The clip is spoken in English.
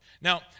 Now